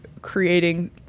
creating